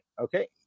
Okay